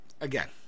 again